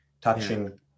touching